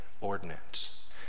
ordinance